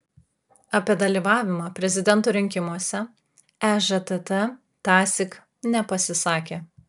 apie dalyvavimą prezidento rinkimuose ežtt tąsyk nepasisakė